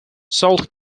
celtic